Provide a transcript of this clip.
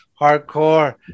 hardcore